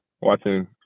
watching